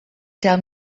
tell